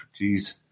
Jeez